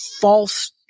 false